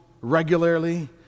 regularly